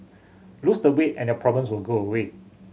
lose the weight and your problems will go away